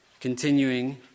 continuing